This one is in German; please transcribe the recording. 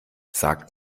sagt